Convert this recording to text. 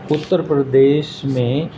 اتر پردیش میں